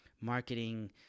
marketing